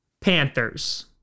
Panthers